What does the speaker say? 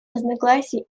разногласий